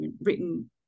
written